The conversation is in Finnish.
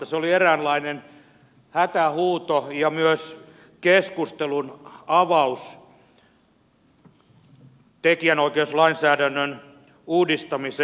se oli eräänlainen hätähuuto ja myös keskustelun avaus tekijänoikeuslainsäädännön uudistamiseksi